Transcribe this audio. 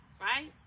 Right